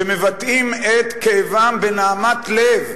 שמבטאים את כאבם בנהמת לב,